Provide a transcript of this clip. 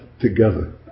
together